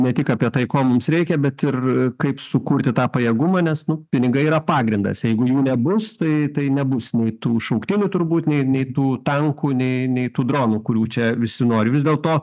ne tik apie tai ko mums reikia bet ir kaip sukurti tą pajėgumą nes nu pinigai yra pagrindas jeigu jų nebus tai tai nebus nei tų šauktinių turbūt nei nei tų tankų nei nei tų dronų kurių čia visi nori vis dėlto